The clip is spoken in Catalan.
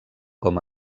com